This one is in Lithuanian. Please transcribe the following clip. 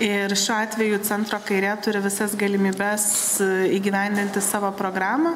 ir šiuo atveju centro kairė turi visas galimybes įgyvendinti savo programą